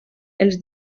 els